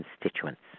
constituents